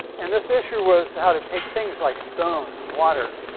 and this issue was how to take things like stone and water,